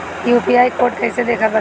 UPI code कैसे देखब बताई?